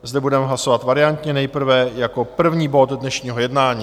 Zde budeme hlasovat variantně, nejprve jako první bod dnešního jednání.